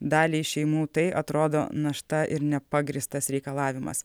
daliai šeimų tai atrodo našta ir nepagrįstas reikalavimas